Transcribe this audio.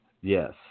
yes